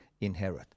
inherit